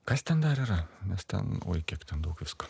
kas ten dar yra nes ten oi kiek ten daug visko